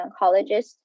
oncologist